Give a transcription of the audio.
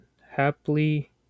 happily